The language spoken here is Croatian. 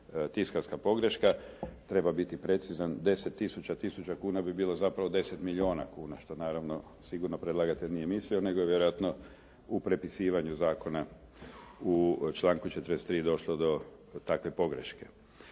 tiskarska pogreška. Treba biti precizan 10 tisuća, tisuća kuna bi bilo zapravo 10 milijuna kuna što naravno sigurno predlagatelj nije mislio nego je vjerojatno u prepisivanju zakona u članku 43. došlo do takve pogreške.